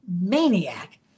maniac